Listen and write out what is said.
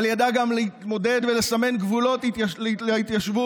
אבל היא ידעה גם להתמודד ולסמן גבולות להתיישבות